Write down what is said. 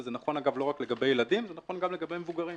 וזה נכון לא רק לגבי ילדים אלא נכון גם לגבי מבוגרים.